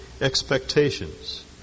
expectations